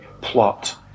plot